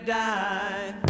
die